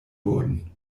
wurden